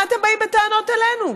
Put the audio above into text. מה אתם באים בטענות אלינו?